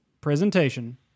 presentation